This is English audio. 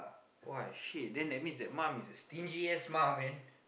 !wah! shit then that means that mum is a stingy ass mum man